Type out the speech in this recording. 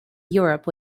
europe